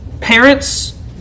Parents